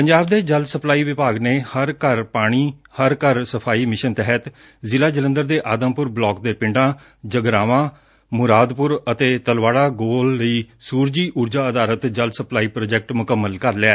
ਪੰਜਾਬ ਦੇ ਜਲ ਸਪਲਾਈ ਵਿਭਾਗ ਨੇ ਹਰ ਘਰ ਪਾਣੀ ਹਰ ਘਰ ਸਫ਼ਾਈ ਮਿਸ਼ਨ ਤਹਿਤ ਜ਼ਿਲਾ ਜਲੰਧਰ ਦੇ ਆਦਮਪੁਰ ਬਲਾਕ ਦੇ ਪਿੰਡਾਂ ਜਗਰਾਵਾਂ ਮੁਰਾਦਪੁਰ ਅਤੇ ਤਲਵਾੜਾ ਗੋਲ ਲਈ ਸੁਰਜੀ ਉਰਜਾ ਆਧਾਰਿਤ ਜਲ ਸਪੱਲਾਈ ਪ੍ਰਾਜੈਕਟ ਮੁਕੰਮਲ ਕਰ ਲਿਐ